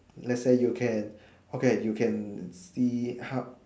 let say you can okay you can see how